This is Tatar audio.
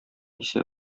исә